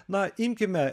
na imkime